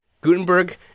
Gutenberg